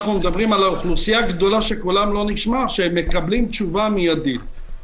אנחנו מדברים על אוכלוסייה גדולה שמקבלת תשובה מידית.